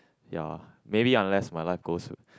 ya maybe unless my life goes to